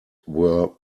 were